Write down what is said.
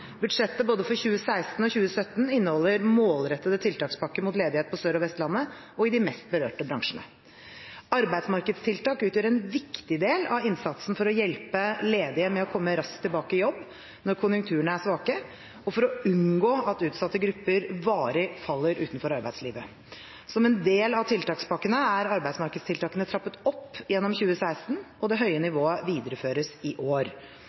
Budsjettet både for 2016 og for 2017 inneholder målrettede tiltakspakker mot ledighet på Sør- og Vestlandet og i de mest berørte bransjene. Arbeidsmarkedstiltak utgjør en viktig del av innsatsen for å hjelpe ledige med å komme raskt tilbake i jobb når konjunkturene er svake, og for å unngå at utsatte grupper varig faller utenfor arbeidslivet. Som en del av tiltakspakkene er arbeidsmarkedstiltakene trappet opp gjennom 2016, og det høye nivået videreføres i år.